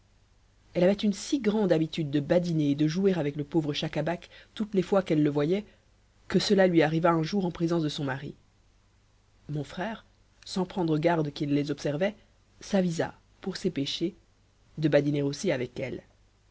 elle avait une si grande habitude de badiner et de jouer avec le pauvre schacabac toutes les fois qu'elle le voyait que cela lui arriva un jour en présence de son mari mon frère sans prendre garde qu'il les observait s'avisa pour ses péchés de badiner aussi avec elle